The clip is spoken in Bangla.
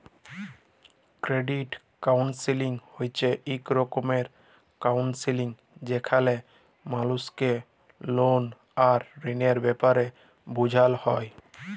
কেরডিট কাউলসেলিং হছে ইক রকমের কাউলসেলিংযেখালে মালুসকে লল আর ঋলের ব্যাপারে বুঝাল হ্যয়